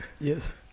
Yes